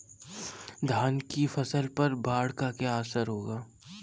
धान की फसल पर बाढ़ का क्या असर होगा?